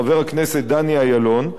חבר הכנסת דני אילון,